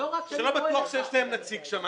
שלא בטוח שיש להם שם נציג.